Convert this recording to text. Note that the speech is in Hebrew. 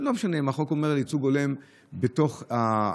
לא משנה אם החוק אומר ייצוג הולם בתוך העבודה,